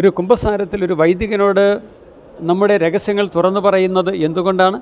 ഒരു കുമ്പസാരത്തിൽ ഒരു വൈദികനോട് നമ്മുടെ രഹസ്യങ്ങൾ തുറന്ന് പറയുന്നത് എന്തുകൊണ്ടാണ്